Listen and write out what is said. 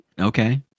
Okay